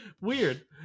Weird